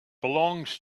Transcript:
belongs